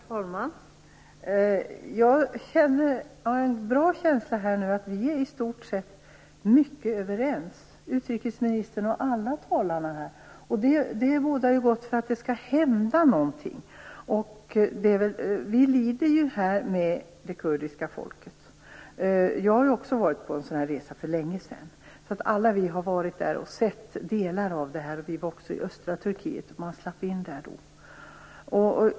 Herr talman! Jag har en god känsla av att vi i stort sett är överens, utrikesministern och alla talarna. Det bådar gott för att det skall hända någonting. Vi lider med det kurdiska folket. Jag har också varit på en sådan resa för länge sedan, så vi har alla sett delar av det. Vi var också i östra Turkiet - man släpptes in där då.